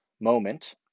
moment